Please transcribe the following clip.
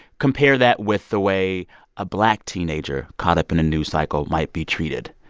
compare that with the way a black teenager caught up in a news cycle might be treated.